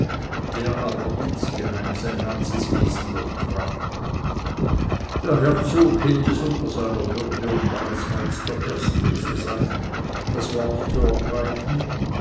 der aber insgeheim sein ganzes wesen durchdrang der herzog hielt es unter seiner würde und weisheit der erste zu sein das wort zu ergreifen